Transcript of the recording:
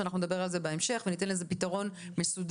שאנחנו נדבר עליהן בהמשך וניתן לזה פתרון מסודר.